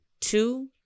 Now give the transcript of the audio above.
two